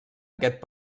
aquest